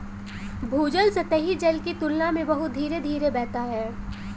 भूजल सतही जल की तुलना में बहुत धीरे धीरे बहता है